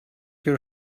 your